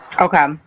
Okay